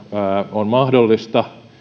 on mahdollista